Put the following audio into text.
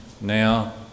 now